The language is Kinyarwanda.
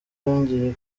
yongeye